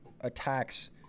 attacks